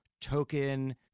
token